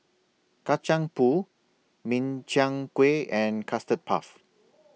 Kacang Pool Min Chiang Kueh and Custard Puff